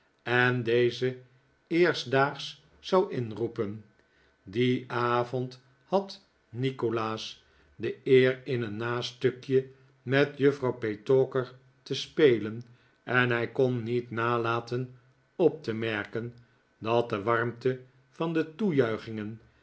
en deze eerstdaags zou inroepen dien avond had nikolaas de eer in een nastukje met juffrouw petowker te spelen en hij kon niet nalaten op te merken dat de warmte vande toejuichingen